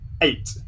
Eight